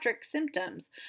symptoms